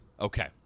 Okay